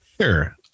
Sure